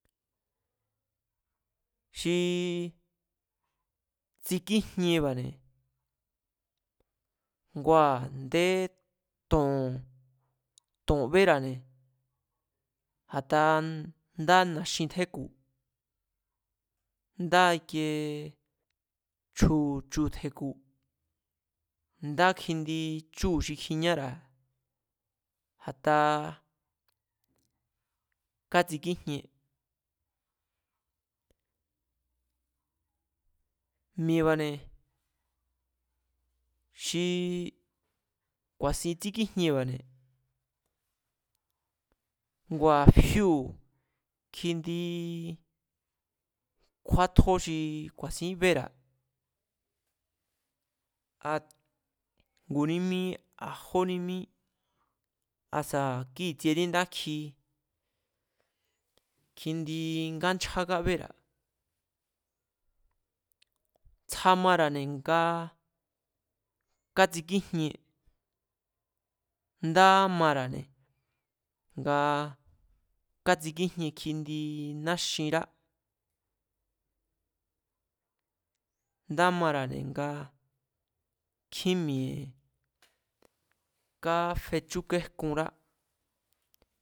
Xii tsikíjienba̱ne̱ ngua̱ a̱ndé to̱n, ton bera̱ne̱, a̱ta ndá na̱xin tjéku̱, ndá ikiee chu̱ tje̱ku̱, ndá kjindi chúu̱ xi kjiñára̱, a̱ta kátsikíjien. Mi̱e̱ba̱ne̱ xi ku̱a̱sin tsíkíjienba̱ne̱ ngua̱ fíu̱ kjindi kjúátjó xi ku̱a̱sín bera̱, a nguní mí asa̱ jóní mí asa̱ kíi̱tsiení ndákji kjindi ngánchjá kábéra̱. Tsja mara̱ne̱ nga kátsikíjien ndá ámara̱ne̱, nga kátsikíjien kjindi náxinrá, ndá amara̱ne̱ nga kjín mi̱e̱ káfechúkejkunrá